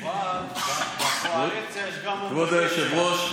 כבוד היושב-ראש,